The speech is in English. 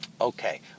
Okay